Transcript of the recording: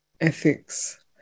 ethics